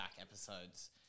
episodes